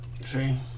See